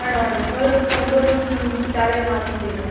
വേണ്ട വേണ്ട ഞങ്ങള് കൊണ്ടുപോയിട്ട് നിങ്ങള് ഇൻസ്റ്റാള് ചെയ്യുക മാത്രം ചെയ്താൽ മതി